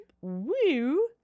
Woo